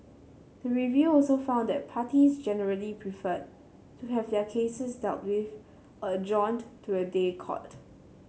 the review also found that parties generally preferred to have their cases dealt with or adjourned to a day court